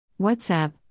whatsapp